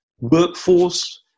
workforce